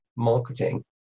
marketing